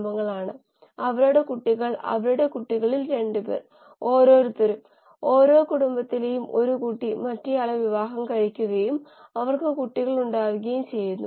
bioreaction stoichiometry എന്ന പദം രസതന്ത്രത്തിൽ വളരെയധികം ഉപയോഗിക്കുന്നു